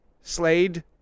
Slade